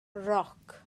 roc